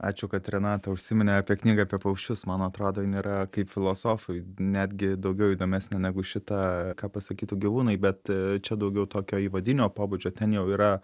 ačiū kad renata užsiminė apie knygą apie paukščius man atrodo jin yra kaip filosofui netgi daugiau įdomesnė negu šita ką pasakytų gyvūnai bet čia daugiau tokio įvadinio pobūdžio ten jau yra